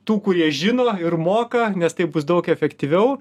tų kurie žino ir moka nes taip bus daug efektyviau